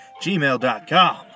gmail.com